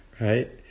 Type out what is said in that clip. right